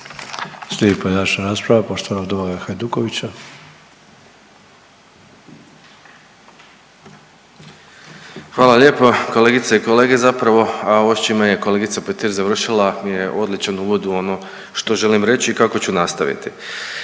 Domagoja Hajdukovića. **Hajduković, Domagoj (Nezavisni)** Hvala lijepa. Kolegice i kolege zapravo ovo s čime je kolegica Petir završila je odličan uvod u ono što želim reći i kako ću nastaviti.